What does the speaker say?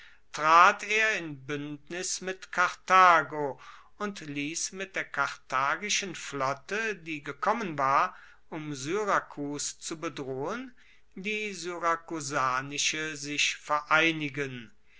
trat er in buendnis mit karthago und liess mit der karthagischen flotte die gekommen war um syrakus zu bedrohen die syrakusanische sich vereinigen